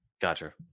Gotcha